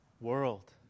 world